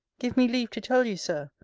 give me leave to tell you, sir,